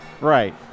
Right